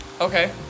Okay